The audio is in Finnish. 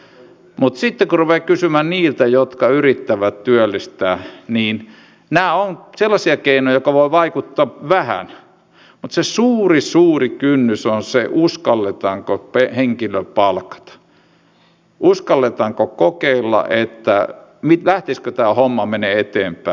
mutta sitten kun ruvetaan kysymään niiltä jotka yrittävät työllistää niin nämä ovat sellaisia keinoja jotka voivat vaikuttaa vähän mutta se suuri suuri kynnys on siinä uskalletaanko henkilö palkata uskalletaanko kokeilla lähtisikö tämä homma menemään eteenpäin